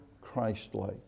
Christ-like